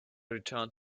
returned